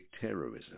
terrorism